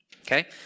Okay